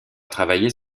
travailler